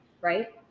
right